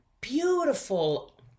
beautiful